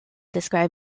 describe